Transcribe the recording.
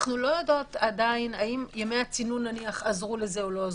אנחנו לא יודעות עדיין אם ימי הצינון נניח עזרו לזה או לא.